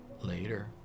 Later